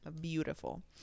beautiful